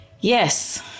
Yes